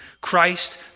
Christ